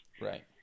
Right